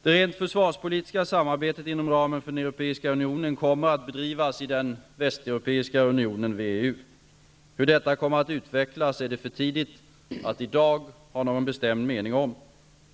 Det rent försvarspolitiska samarbetet inom ramen för Europeiska unionen kommer att bedrivas i Västeuropeiska unionen . Hur detta kommer att utvecklas är det för tidigt att i dag ha en bestämd mening om.